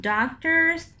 Doctors